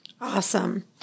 Awesome